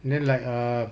then like err